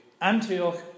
Antioch